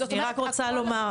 זאת אומרת,